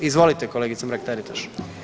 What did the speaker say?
Izvolite kolegice Mrak-Taritaš.